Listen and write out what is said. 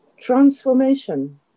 transformation